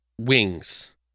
wings